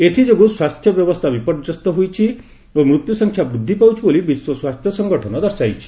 ଏଥିଯୋଗୁଁ ସ୍ୱାସ୍ଥ୍ୟ ବ୍ୟବସ୍ଥା ବିପର୍ଯ୍ୟସ୍ତ ହୋଇଛି ଓ ମୃତ୍ୟୁସଂଖ୍ୟା ବୃଦ୍ଧି ପାଉଛି ବୋଲି ବିଶ୍ୱ ସ୍ୱାସ୍ଥ୍ୟ ସଂଗଠନ ଦର୍ଶାଇଛି